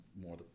more